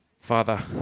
Father